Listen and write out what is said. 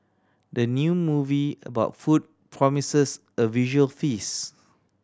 the new movie about food promises a visual feast